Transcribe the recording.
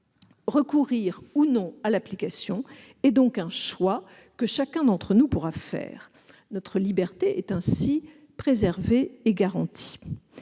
Recourir ou non à l'application est donc un choix que chacun d'entre nous pourra faire. Notre liberté est ainsi préservée et garantie.